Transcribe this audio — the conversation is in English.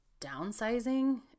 downsizing